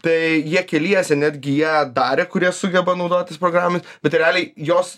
tai jie keliese netgi jie darė kurie sugeba naudotis programomis bet realiai jos